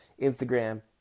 instagram